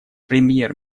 премьер